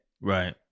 Right